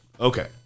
Okay